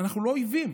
אנחנו לא אויבים.